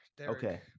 okay